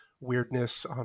weirdness